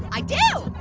i do.